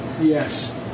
Yes